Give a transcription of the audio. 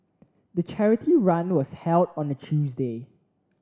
the charity run was held on a Tuesday